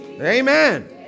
Amen